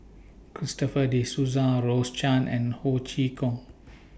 Christopher De Souza Rose Chan and Ho Chee Kong